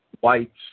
whites